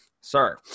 sir